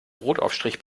brotaufstrich